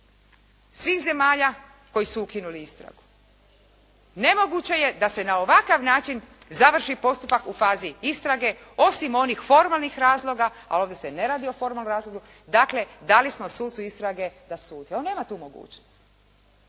svih zemalja koji su ukinuli istragu. Nemoguće je da se na ovakav način završi postupak u fazi istrage osim onih formalnih razloga, a ovdje se ne radi o formalnom razlogu, dakle dali smo sucu istrage da sudi, on nema tu mogućnost.